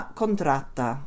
contratta